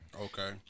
Okay